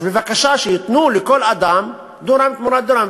אז בבקשה, שייתנו לכל אדם דונם תמורת דונם.